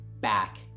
back